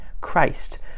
Christ